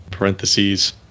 Parentheses